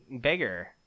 bigger